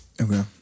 Okay